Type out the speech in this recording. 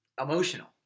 emotional